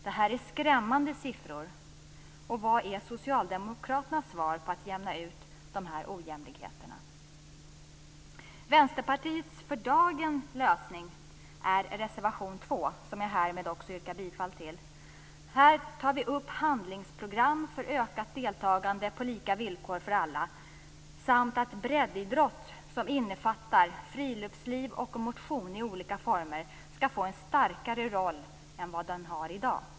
Det här är skrämmande siffror. Vad svarar socialdemokraterna med för att jämna ut de här ojämlikheterna? Vänsterpartiets lösning för dagen är reservation 2, som jag härmed också yrkar bifall till. Här tar vi upp handlingsprogram för ökat deltagande på lika villkor för alla samt att breddidrott som innefattar friluftsliv och motion i olika former skall få en starkare roll än den har i dag.